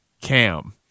Cam